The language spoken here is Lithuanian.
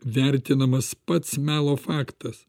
vertinamas pats melo faktas